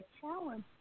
challenge